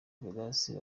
vedaste